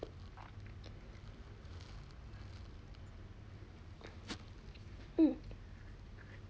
mm